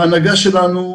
ההנהגה שלנו,